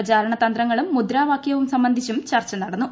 പ്രചാരണ തന്ത്രങ്ങളും മുദ്രാവാക്യവും സംബന്ധിച്ചും ചർച്ച നടന്നു